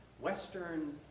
Western